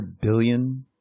billion